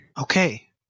Okay